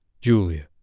Julia